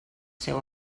seu